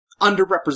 underrepresented